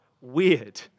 weird